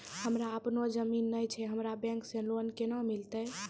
हमरा आपनौ जमीन नैय छै हमरा बैंक से लोन केना मिलतै?